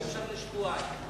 אם אפשר, לשבועיים.